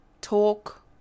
talk